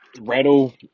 Rattle